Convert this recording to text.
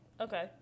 okay